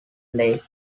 lake